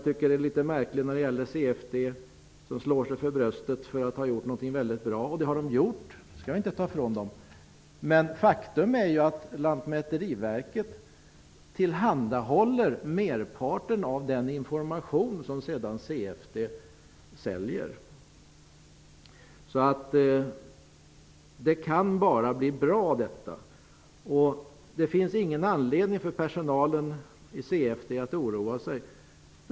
Det är något märkligt att man på CFD slår sig för bröstet för att man har gjort något väldigt bra. Det har man gjort -- det skall vi inte ta ifrån dem. Men faktum är att Lantmäteriverket tillhandahåller merparten av den information som CFD sedan säljer. Detta kan alltså bara bli bra, och det finns ingen anledning för personalen på CFD att oroa sig.